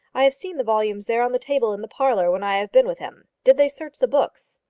i have seen the volumes there on the table in the parlour when i have been with him. did they search the books?